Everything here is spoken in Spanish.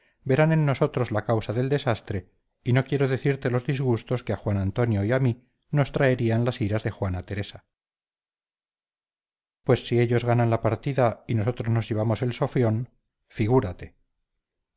verán en nosotros la causa del desastre y no quiero decirte los disgustos que a juan antonio y a mí nos traerían las iras de juana teresa pues si ellos ganan la partida y nosotros nos llevamos el sofión figúrate